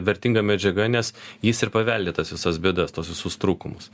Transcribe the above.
vertinga medžiaga nes jis ir paveldi tas visas bėdas tuos visus trūkumus